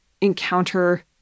encounter